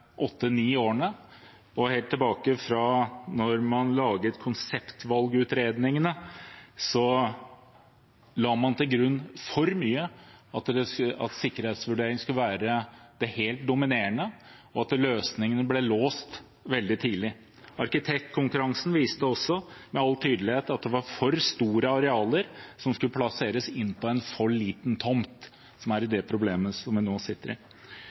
årene. Helt tilbake til da man laget konseptvalgutredningene, la man for mye til grunn at sikkerhetsvurderingen skulle være det helt dominerende, og løsningene ble dermed låst veldig tidlig. Arkitektkonkurransen viste også med all tydelighet at det var for store arealer som skulle plasseres inn på en for liten tomt, som er en del av problemet vi nå sitter